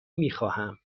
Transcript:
میخواهم